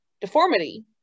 deformity